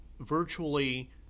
Virtually